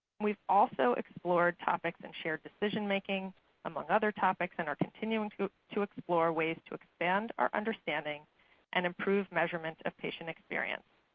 we've also explored topics in shared decision-making, among other topics, and are continuing to to explore ways to expand our understanding and improve measurements of patient experience.